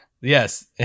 Yes